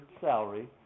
salary